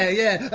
yeah, yeah,